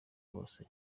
bose